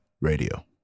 Radio